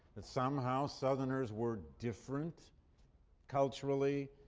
that somehow southerners were different culturally,